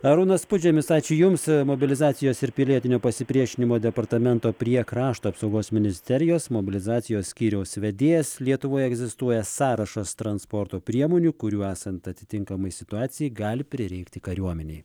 arūnas pudžemis ačiū jums mobilizacijos ir pilietinio pasipriešinimo departamento prie krašto apsaugos ministerijos mobilizacijos skyriaus vedėjas lietuvoje egzistuoja sąrašas transporto priemonių kurių esant atitinkamai situacijai gali prireikti kariuomenei